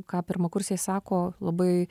ką pirmakursiai sako labai